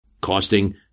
costing